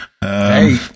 Hey